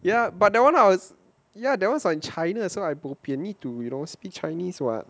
ya but that [one] I was ya that was on china so I bopian need to you know speak chinese [what]